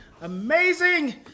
amazing